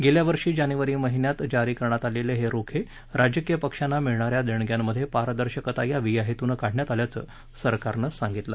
गेल्या वर्षी जानेवारी महिन्यात जारी करण्यात आलेले हे रोखे राजकीय पक्षांना मिळणाऱ्या देणग्यांमधे पारदर्शकता यावी या हेतूनं काढण्यात आल्याचं सरकारनं सांगितलं